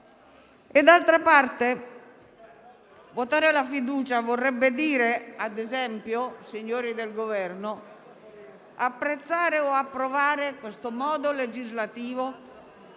D'altra parte, votare la fiducia vorrebbe dire, ad esempio, signori del Governo, apprezzare o approvare questa modalità legislativa